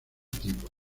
tipo